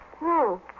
No